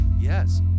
yes